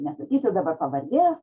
nesakysiu dabar pavardės